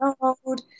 old